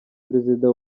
perezida